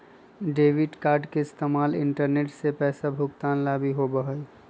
debit card के इस्तेमाल internet से पैसा भुगतान ला भी होबा हई